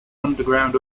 underground